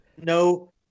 no